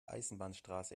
eisenbahnstraße